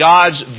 God's